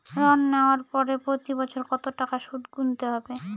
ঋণ নেওয়ার পরে প্রতি বছর কত টাকা সুদ গুনতে হবে?